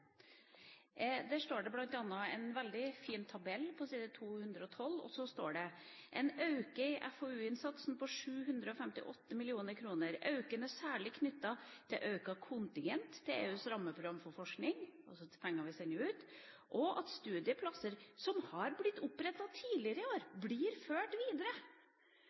står bl.a. en veldig fin tabell på side 212. Der står det at det er: «ein anslått auke i FoU-innsatsen på 758 mill. kr. Auken er særlig knytt til auka kontingent til EUs rammeprogram for forsking» – altså til penger vi sender ut – «og at studieplasser som har blitt oppretta tidlegare år blir